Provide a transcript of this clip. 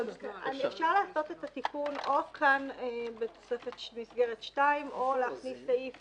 אפשר לעשות את התיקון או כאן במסגרת 2 או להכניס לסעיף